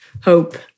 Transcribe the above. hope